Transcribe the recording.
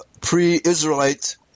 pre-Israelite